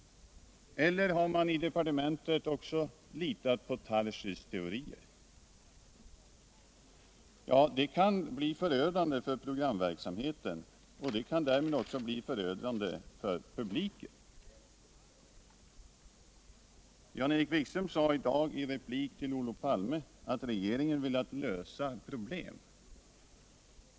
Eller har man också i departementet litat på herr Tarschys teorier? Det kan bli förödande för programverksamheten och därmed också för publiken. Jan-Erik Wikström sade i dag i replik till Olof Palme att regeringen velat lösa problem.